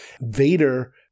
Vader